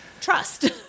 trust